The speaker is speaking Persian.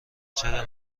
چرا